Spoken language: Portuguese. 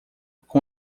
com